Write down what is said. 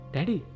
Daddy